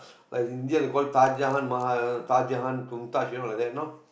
like in India they call it like that no